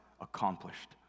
accomplished